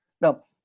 Now